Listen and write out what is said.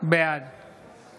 בעד משה רוט, בעד